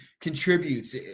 contributes